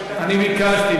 אני ביקשתי.